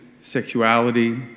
sexuality